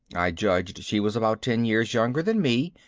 i judged she was about ten years younger than me.